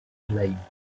lame